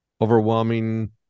overwhelming